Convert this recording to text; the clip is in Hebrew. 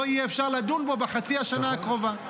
לא יהיה אפשר לדון בו בחצי שנה הקרובה.